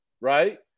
right